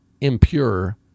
impure